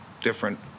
different